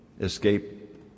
escape